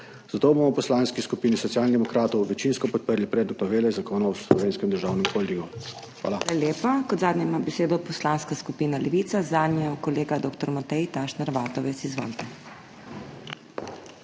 Zato bomo v Poslanski skupini Socialnih demokratov večinsko podprli predlog novele Zakona o Slovenskem državnem holdingu. Hvala.